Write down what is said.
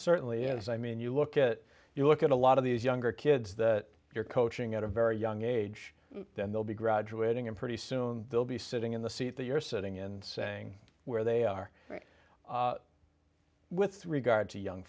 certainly is i mean you look at you look at a lot of these younger kids that you're coaching at a very young age then they'll be graduating and pretty soon they'll be sitting in the seat that you're sitting in saying where they are right with regard to young